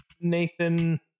Nathan